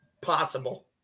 possible